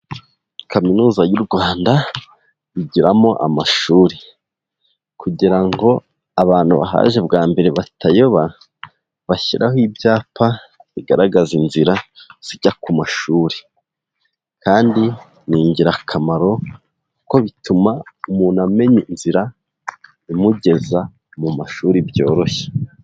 Kaminuza y'u Rwanda igiramo amashuri kugira ngo abantu bahaje bwa mbere batayoba, bashyiraho ibyapa bigaragaza inzira zijya ku mashuri kandi ni ingirakamaro kuko bituma umuntu amenya inzira imugeza mu mashuri byoroshye.